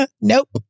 Nope